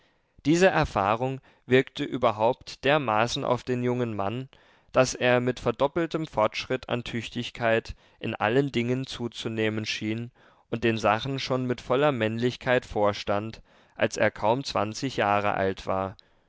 diese erfahrung wirkte überhaupt dermaßen auf den jungen mann daß er mit verdoppeltem fortschritt an tüchtigkeit in allen dingen zuzunehmen schien und den sachen schon mit voller männlichkeit vorstand als er kaum zwanzig jahre alt war